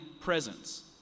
presence